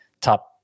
top